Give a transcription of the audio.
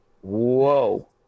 whoa